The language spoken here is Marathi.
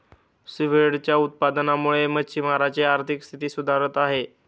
सीव्हीडच्या उत्पादनामुळे मच्छिमारांची आर्थिक स्थिती सुधारत आहे